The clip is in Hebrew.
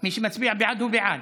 מי שמצביע בעד הוא בעד.